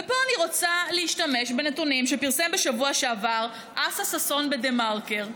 ופה אני רוצה להשתמש בנתונים שפרסם בשבוע שעבר אסא ששון בדה-מרקר,